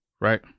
Right